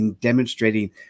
demonstrating